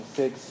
six